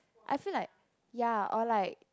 I feel like ya or like